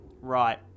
Right